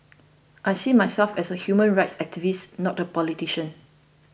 I see myself as a human rights activist not a politician